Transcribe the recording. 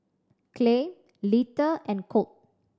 Clay Lita and Colt